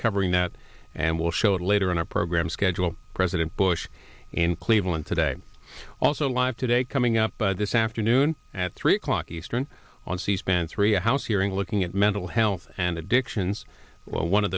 covering that and we'll show it later in our program schedule president bush in cleveland today also live today coming up by this afternoon at three o'clock eastern on c span three a house hearing looking at mental health and addictions one of